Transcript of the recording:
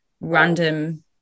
random